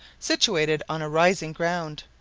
situated on a rising ground,